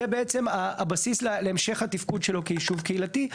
זה בעצם הבסיס להמשך התפקוד שלו כיישוב קהילתי.